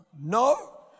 No